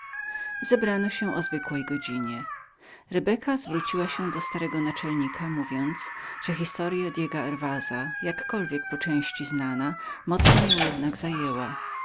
zebrano się o zwykłej godzinie rebeka obróciła się do starego naczelnika mówiąc że historya diega herwasa jakkolwiek po części znana mocno ją jednak zajęła